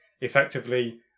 effectively